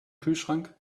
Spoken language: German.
kühlschrank